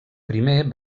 primer